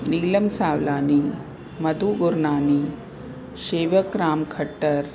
Neelam Savlani Madhu Gurnani Shewak Ram Khattar